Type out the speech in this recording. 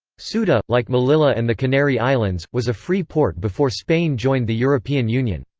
ceuta, like melilla and the canary islands, was a free port before spain joined the european union.